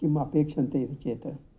किम् अपेक्षन्ते इति चेत्